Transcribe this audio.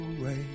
away